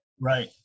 Right